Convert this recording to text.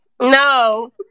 No